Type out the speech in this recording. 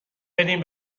بدین